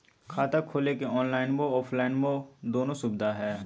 खाता खोले के ऑनलाइन बोया ऑफलाइन बोया दोनो सुविधा है?